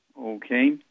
Okay